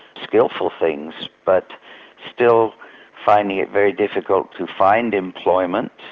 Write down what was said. skilful things, but still finding it very difficult to find employment,